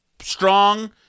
strong